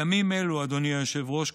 אדוני היושב-ראש,